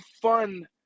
fun